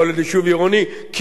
קילומטרים אחדים.